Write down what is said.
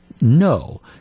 no